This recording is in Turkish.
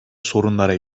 sorunlara